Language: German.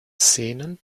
szenen